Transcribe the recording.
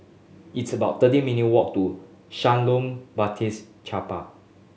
it's about thirteen minute walk to Shalom Baptist Chapel